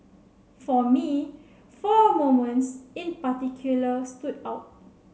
for me four moments in particular stood out